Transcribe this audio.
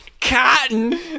Cotton